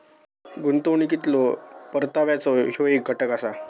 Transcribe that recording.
गुंतवणुकीवरलो परताव्याचो ह्यो येक घटक असा